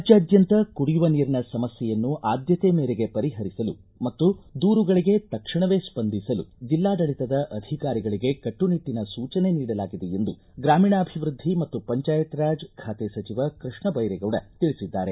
ರಾಜ್ಯಾದ್ಖಂತ ಕುಡಿಯುವ ನೀರಿನ ಸಮಸ್ತೆಯನ್ನು ಆದ್ದತೆ ಮೇರೆಗೆ ಪರಿಹರಿಸಲು ಮತ್ತು ದೂರುಗಳಿಗೆ ತಕ್ಷಣವೇ ಸ್ವಂದಿಸಲು ಜಿಲ್ಲಾಡಳಿತದ ಅಧಿಕಾರಿಗಳಿಗೆ ಕಟ್ಟುನಿಟ್ಟನ ಸೂಚನೆ ನೀಡಲಾಗಿದೆ ಎಂದು ಗ್ರಾಮೀಣಾಭಿವೃದ್ದಿ ಮತ್ತು ಪಂಚಾಯತ್ ರಾಜ್ ಖಾತೆ ಸಚಿವ ಕೃಷ್ಣ ಬೈರೇಗೌಡ ತಿಳಿಸಿದ್ದಾರೆ